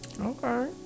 Okay